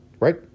right